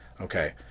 okay